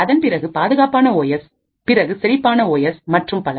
அதன் பிறகு பாதுகாப்பான ஓ எஸ் பிறகு செழிப்பான ஓ எஸ் மற்றும் பல